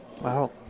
Wow